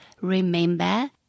remember